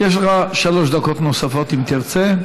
יש לך שלוש דקות נוספות, אם תרצה.